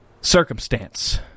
circumstance